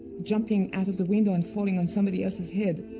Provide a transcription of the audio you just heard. jumping out of the window and falling on somebody else's head.